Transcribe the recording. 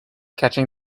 catching